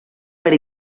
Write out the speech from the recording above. per